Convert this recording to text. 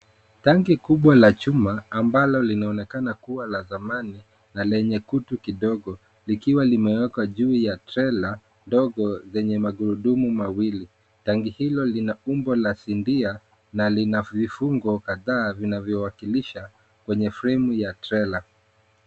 Tanki kubwa la chuma ambalo linaonekana kuwa la thamani na lenye kutu kidogo likiwa limewekwa juu ya trela ndogo yenye magurudumu mawili. Tanki hilo lina umbo la sindia na lina vifungo kadhaa vinavyowakilisha kwenye fremu ya trela.